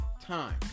time